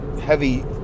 heavy